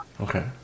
Okay